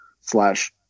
slash